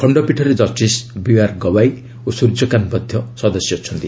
ଖଣ୍ଡପୀଠରେ justice B R Gavai ଓ ସ୍ୱର୍ଯ୍ୟକାନ୍ତ ମଧ୍ୟ ସଦସ୍ୟ ଅଛନ୍ତି